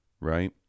right